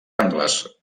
angles